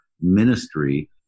ministry